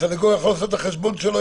שסנגור יכול לעשות את החשבון שלו,